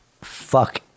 fuck